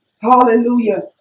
Hallelujah